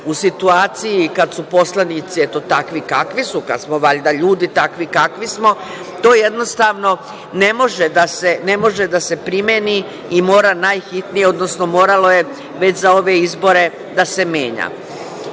u situaciji kad su poslanici eto takvi kakvi su, kad smo valjda ljudi takvi kakvi smo, to jednostavno ne može da se primeni i mora najhitnije, odnosno moralo je već za ove izbore da se